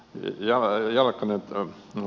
ja jo nyt on jo